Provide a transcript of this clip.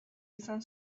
izan